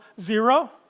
Zero